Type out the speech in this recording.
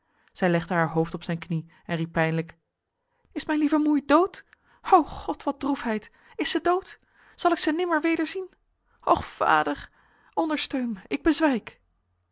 zij legde haar hoofd op zijn knie en riep pijnlijk is mijn lieve moei dood o god wat droefheid is zij dood zal ik ze nimmer wederzien och vader ondersteun mij ik bezwijk